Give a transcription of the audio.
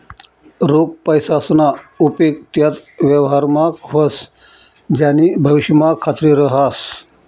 रोख पैसासना उपेग त्याच व्यवहारमा व्हस ज्यानी भविष्यमा खात्री रहास